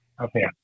okay